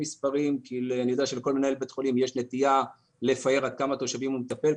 אני יודע שלכל מנהל בית חולים יש נטייה לפאר בכמה תושבים הוא מטפל,